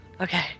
Okay